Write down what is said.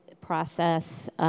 process